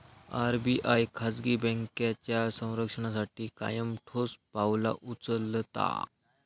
RBI खाजगी बँकांच्या संरक्षणासाठी कायम ठोस पावला उचलता